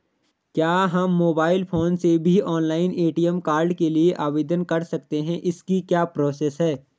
क्या हम mobile phone से भी ऑनलाइन ए.टी.एम कार्ड के लिए आवेदन कर सकते हैं इसकी क्या प्रोसेस है?